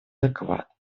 доклад